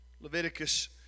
Leviticus